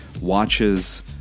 watches